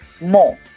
more